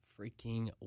freaking